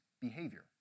behavior